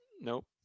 Nope